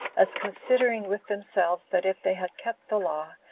as considering with themselves that if they had kept the law,